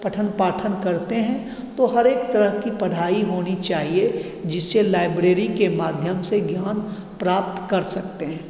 पठन पाठन करते हैं तो हरेक तरह की पढ़ाई होनी चाहिए जिससे लाइब्रेरी के माध्यम से ज्ञान प्राप्त कर सकते हैं